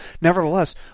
Nevertheless